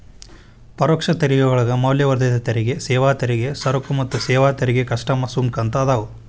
ಪರೋಕ್ಷ ತೆರಿಗೆಯೊಳಗ ಮೌಲ್ಯವರ್ಧಿತ ತೆರಿಗೆ ಸೇವಾ ತೆರಿಗೆ ಸರಕು ಮತ್ತ ಸೇವಾ ತೆರಿಗೆ ಕಸ್ಟಮ್ಸ್ ಸುಂಕ ಅಂತ ಅದಾವ